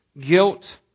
Guilt